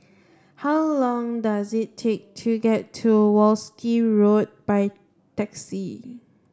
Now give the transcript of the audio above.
how long does it take to get to Wolskel Road by taxi